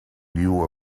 knew